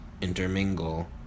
intermingle